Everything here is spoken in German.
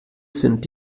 sind